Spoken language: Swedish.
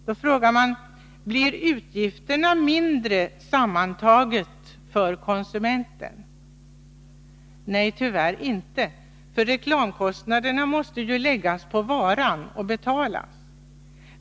Man frågar sig: Blir de sammantagna utgifterna då mindre för konsumenten? Nej, tyvärr inte, för reklamkostnaderna måste ju läggas på varan och betalas.